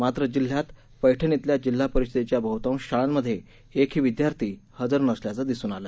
मात्र जिल्ह्यात पैठण खल्या जिल्हापरिषदेच्या बहुतांश शाळांमध्ये एक ही विद्यार्थी हजर नसल्याचं दिसून आलं